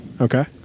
Okay